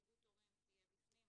שנציגות הורים תהיה בפנים,